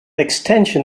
extension